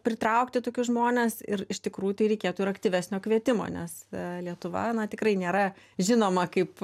pritraukti tokius žmones ir iš tikrųjų tai reikėtų ir aktyvesnio kvietimo nes lietuva na tikrai nėra žinoma kaip